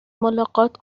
ملاقات